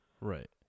Right